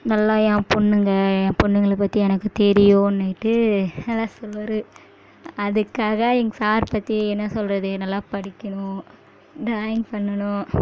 நல்லா என் பொண்ணுங்க என் பொண்ணுங்களை பற்றி எனக்கு தெரியுனுட்டு நல்லா சொல்வார் அதுக்காக எங்கள் சார் பற்றி என்ன சொல்கிறது நல்லா படிக்கணும் டிராயிங் பண்ணணும்